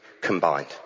combined